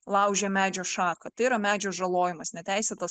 laužė medžio šaką tai yra medžio žalojimas neteisėtas